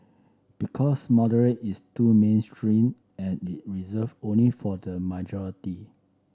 because moderate is too mainstream and is reserved only for the majority